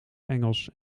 engels